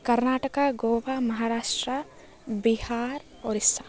Karnataka Goa Maharashtra Bihar Orissa